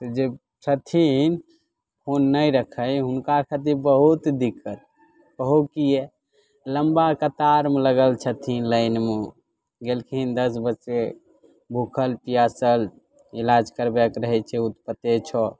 जे छथिन फोन नहि रखै हुनका खातिर बहुत दिक्कत कहुँ की लम्बा कतारमे लगल छथिन लाइनमे गेलखिन दश बजे भुखल पिआसल इलाज करबैके रहैत छै ओ तऽ पते छै